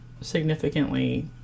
significantly